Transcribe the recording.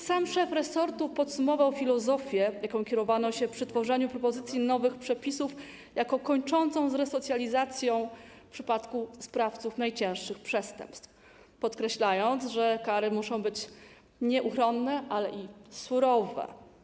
Sam szef resortu podsumował filozofię, jaką kierowano się przy tworzeniu propozycji nowych przepisów, jako kończącą z resocjalizacją w przypadku sprawców najcięższych przestępstw, podkreślając, że kary muszą być nieuchronne, ale i surowe.